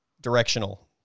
Directional